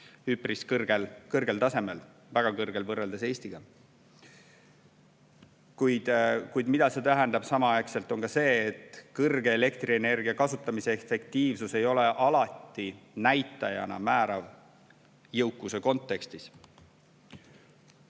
üpris kõrgel tasemel, väga kõrgel võrreldes Eestiga. Kuid see tähendab samal ajal seda, et kõrge elektrienergia kasutamise efektiivsus ei ole alati näitajana määrav jõukuse kontekstis.